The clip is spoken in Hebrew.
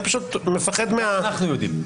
אני פשוט מפחד --- גם אנחנו יודעים,